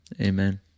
Amen